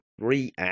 three